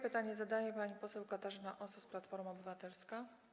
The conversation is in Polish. Pytanie zadaje pani poseł Katarzyna Osos, Platforma Obywatelska.